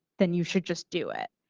then you should just do it.